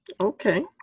Okay